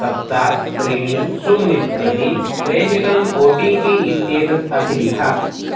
सप्त त्रीणि शून्यं प्रति प्रेषितम् ओ टि पि इत्येतत् अभिलिख